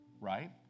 right